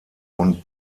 und